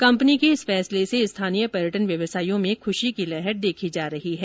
company के इस फैसले से स्थानीय पर्यटन व्यवसासियों में खुशी की लहर देखी जा रही है